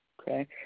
Okay